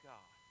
God